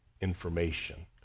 information